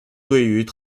对于